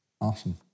Awesome